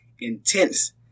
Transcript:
intense